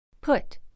put